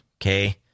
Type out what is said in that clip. okay